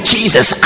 Jesus